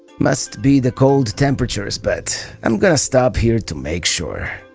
must be the cold temperatures but i'm gonna stop here to make sure.